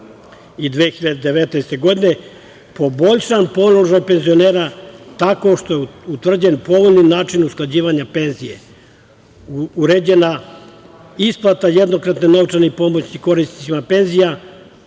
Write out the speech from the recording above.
2019. godine, poboljšan položaj penzionera, tako što je utvrđen povoljan način usklađivanja penzija, uređena isplata jednokratne novčane pomoći korisnicima penzija,